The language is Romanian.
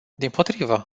dimpotrivă